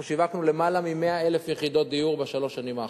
אנחנו שיווקנו למעלה מ-100,000 יחידות דיור בשלוש השנים האחרונות.